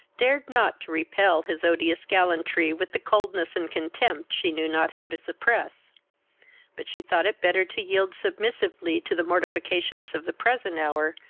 dared not to repel his odious gallantry with the coldness and contempt she knew not how to suppress but she thought it better to yield submissively to the mortifications of the present hour,